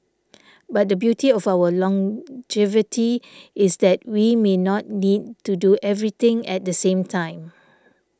but the beauty of our longevity is that we may not need to do everything at the same time